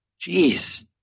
Jeez